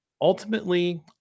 ultimately